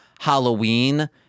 Halloween